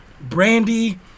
Brandy